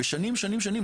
ושנים שנים שנים,